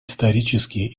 исторически